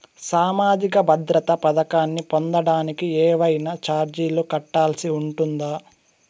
సామాజిక భద్రత పథకాన్ని పొందడానికి ఏవైనా చార్జీలు కట్టాల్సి ఉంటుందా?